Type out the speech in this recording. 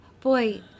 Boy